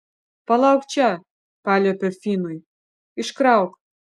palauk čia paliepiu finui iškrauk